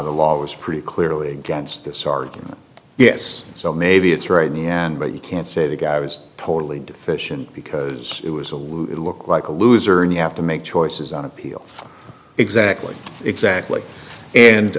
the law was pretty clearly against this argument yes so maybe it's right in the end but you can't say the guy was totally deficient because it was a look like a loser and you have to make choices on appeal exactly exactly and